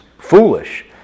Foolish